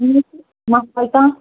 مَسلَے کانٛہہ